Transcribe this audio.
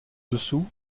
dessous